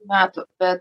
metų be